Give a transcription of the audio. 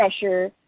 pressure